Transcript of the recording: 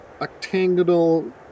octagonal